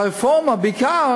הרפורמה היא בעיקר